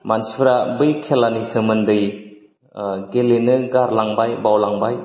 मनसिफ्रा बै खेलानि सोमोनदै ओ गेलेनो गारलांबाय बावलांबाय